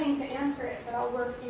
to answer it, but i'll work